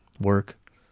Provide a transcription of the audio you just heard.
work